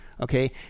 okay